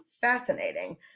fascinating